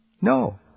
No